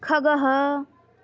खगः